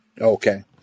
okay